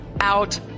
out